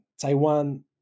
Taiwan